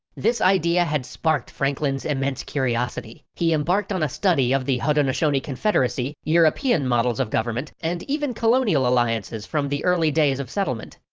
this idea had sparked franklin's immense curiousity. he embarked on a study of the haudenosaunee confederacy, european models of government, and even colonial alliances from the early days of settlement.